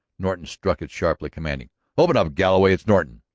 norton struck it sharply, commanding open up, galloway. it's norton.